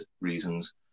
reasons